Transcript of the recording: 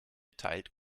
teilt